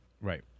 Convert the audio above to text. Right